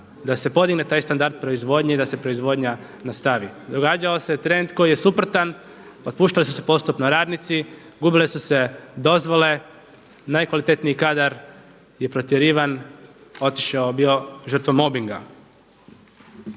da se podigne taj standard proizvodnje i da se proizvodnja nastavi. Događao se trend koji je suprotan. Otpuštali su se postupno radnici, gubile su se dozvole, najkvalitetniji kadar je protjerivan, otišao bio, žrtva mobinga.